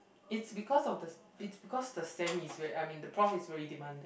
it's because of the s~ it's because the sem is very I mean the prof is very demanding